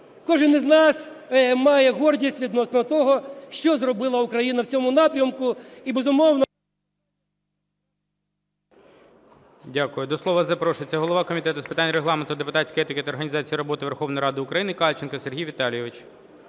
Кожен з нас має гордість відносно того, що зробила Україна в цьому напрямку.